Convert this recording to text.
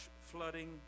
flooding